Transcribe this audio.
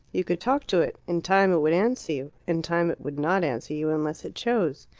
you could talk to it in time it would answer you in time it would not answer you unless it chose,